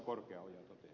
korkeaoja totesi